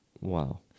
wow